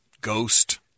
Ghost